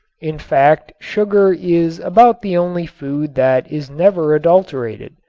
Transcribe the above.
in fact sugar is about the only food that is never adulterated.